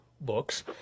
books